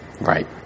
Right